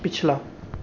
पिछला